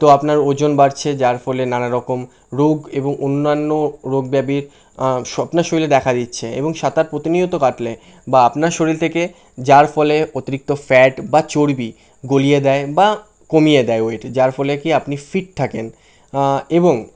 তো আপনার ওজন বাড়ছে যার ফলে নানারকম রোগ এবং অন্যান্য রোগ ব্যাধির স্বপ্না শৈলী দেখা দিচ্ছে এবং সাঁতার প্রতিনিয়ত কাটলে বা আপনার শরীর থেকে যার ফলে অতিরিক্ত ফ্যাট বা চর্বি গলিয়ে দেয় বা কমিয়ে দেয় ওয়েট যার ফলে কি আপনি ফিট থাকেন এবং